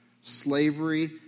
Slavery